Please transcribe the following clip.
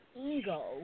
ego